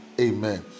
amen